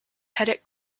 petit